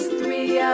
three